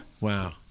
Wow